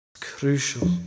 crucial